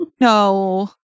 no